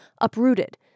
Uprooted